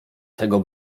tego